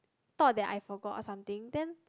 thought that I forgot or something then